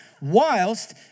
whilst